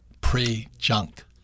pre-junk